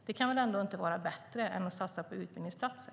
Det kan väl ändå inte vara bättre än att satsa på utbildningsplatser.